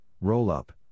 roll-up